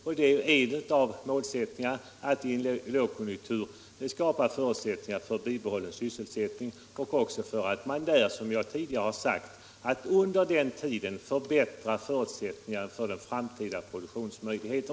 Och en av våra målsättningar är att i en lågkonjunktur skapa förutsättningar för bibehållen sysselsättning och förbättra förutsättningarna för framtida produktionsmöjligheter.